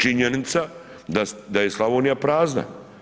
Činjenica da je Slavonija prazna.